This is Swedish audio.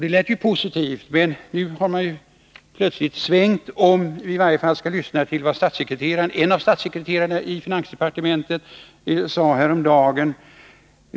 Det lät ju positivt, men nu har man plötsligt svängt om, i varje fall om vi skall tro vad statssekreteraren Erik Åsbrink i finansdepartementet sade häromdagen.